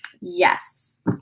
Yes